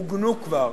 עוגנו כבר